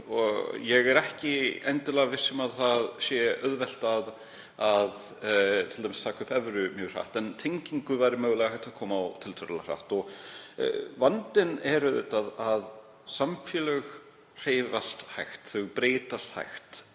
Ég er ekki endilega viss um að það sé t.d. auðvelt að taka upp evru mjög hratt en tengingu væri mögulega hægt að koma á tiltölulega hratt. Vandinn er auðvitað sá að samfélög hreyfast hægt. Þau breytast hægt.